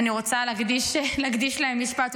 אני רוצה להקדיש להם משפט,